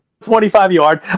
25-yard